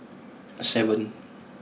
seven